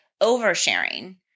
oversharing